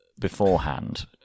beforehand